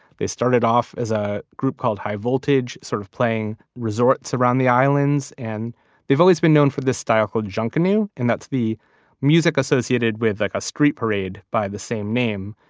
they started off as a group called high voltage, sort of playing resorts around the islands. and they've always been known for this style called junkanoo. and that's the music associated with a street parade by the same name.